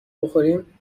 بخوریم